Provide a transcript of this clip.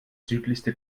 südlichste